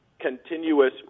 continuous